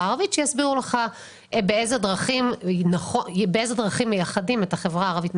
הערבית והם יסבירו לך באילו דרכים מייחדים את החברה הערבית.